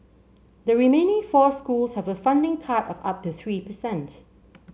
the remaining four schools have a funding cut of up to three per cent